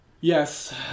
Yes